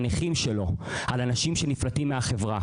כי הצרות וההרגשות שלהם ומה שהם חשים זה שלהם.